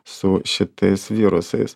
su šitais virusais